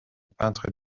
peintre